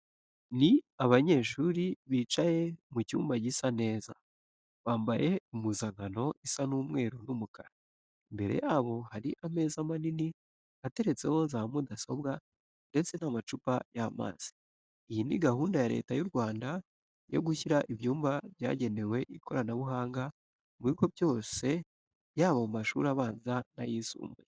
Ni abanyeshuri bicaye mu cyumba gisa neza, bambaye impuzankano isa umweru n'umukara. Imbere yabo hari ameza manini ateretseho za mudasobwa ndetse n'amacupa y'amazi. Iyi ni gahunda ya Leta y'u Rwanda yo gushyira ibyumba byagenewe ikoranabuhanga mu bigo byose yaba mu mashuri abanza n'ayisumbuye.